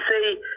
say